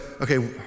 okay